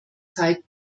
zeit